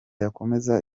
yakomeza